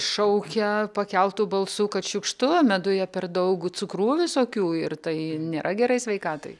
šaukia pakeltu balsu kad šiukštu meduje per daug cukrų visokių ir tai nėra gerai sveikatai